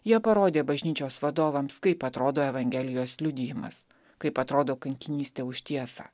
jie parodė bažnyčios vadovams kaip atrodo evangelijos liudijimas kaip atrodo kankinystė už tiesą